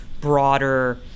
broader